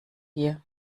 hier